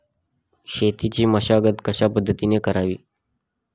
शेतीची मशागत कशापद्धतीने करावी?